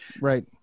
Right